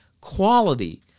quality